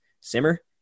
Simmer